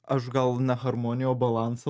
aš gal ne harmoniją o balansą